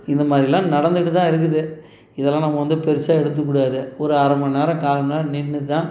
இந்த மாதிரில்லாம் நடந்துகிட்டுதான் இருக்குது இதெல்லாம் நம்ம வந்து பெருசாக எடுத்துக்கக்கூடாது ஒரு அரை மணி நேரம் கால் மணி நேரம் நின்றுதான்